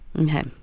Okay